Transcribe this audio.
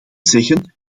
zeggen